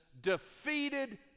defeated